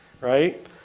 right